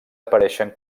apareixen